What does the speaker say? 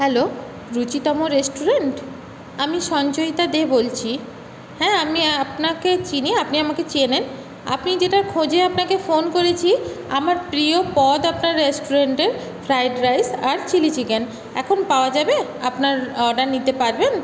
hello Ruchitamor restaurant আমি সঞ্চয়িতা দে বলছি হ্যাঁ আমি আপনাকে চিনি আপনি আমাকে চেনেন আপনি যেটার খোঁজে আপনাকে ফোন করেছি আমার প্রিয় পদ আপনার রেস্টুরেন্টে ফ্রাইড রাইস আর চিলি চিকেন এখন পাওয়া যাবে আপনার অর্ডার নিতে পারবেন